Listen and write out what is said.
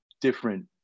different